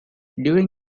during